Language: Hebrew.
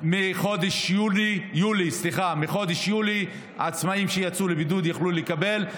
מחודש יולי, עצמאים שיצאו לבידוד יוכלו לקבל.